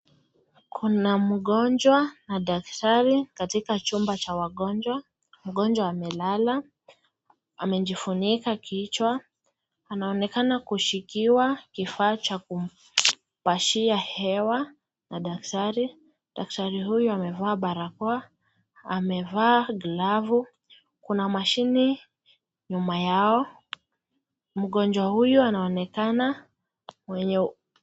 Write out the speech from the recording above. Kuna mgonjwa na daktari katika chumba cha wagonjwa. Mgonjwa amelala, amejifunika kichwa. Anaonekana kushikiwa kifaa cha kumpashia hewa na daktari . Daktari huyu amevaa barakoa, amevaa glavu . Kuna mashini nyuma yao. Mgonjwa huyo anaonekana mwenye.